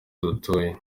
dutuye